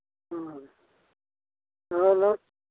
ꯑ